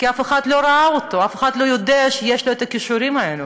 כי אף אחד לא ראה אותו ואף אחד לא יודע שיש לו הכישורים האלה?